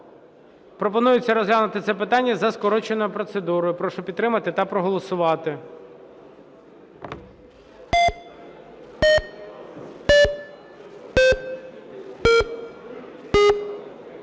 Пропонується розглянути це питання за скороченою процедурою. Прошу підтримати та проголосувати.